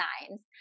signs